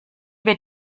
wird